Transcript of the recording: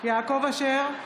יעקב אשר,